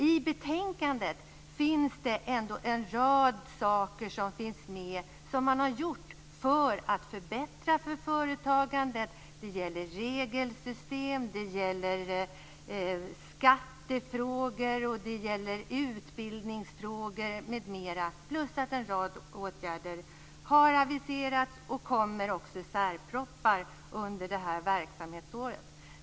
I betänkandet finns ändå en rad exempel på saker som har gjorts för att förbättra för företagandet. Det gäller då regelsystem, skattefrågor, utbildningsfrågor m.m. Dessutom har en rad åtgärder aviserats, och förslag till åtgärder kommer även i särpropositioner under det här verksamhetsåret.